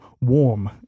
warm